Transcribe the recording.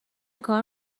کار